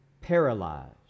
paralyzed